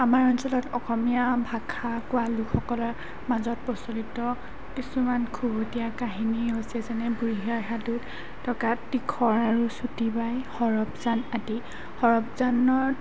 আমাৰ অঞ্চলত অসমীয়া ভাষা কোৱা লোকসকলৰ মাজত প্ৰচলিত কিছুমান দিয়া কাহিনী হৈছে যেনে বুঢ়ী আই সাধু তিখৰ আৰু চুটি বাই সৰবজান আদি সৰবজানৰ